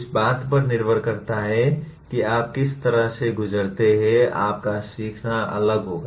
इस बात पर निर्भर करता है कि आप किस तरह से गुजरते हैं आपका सीखना अलग होगा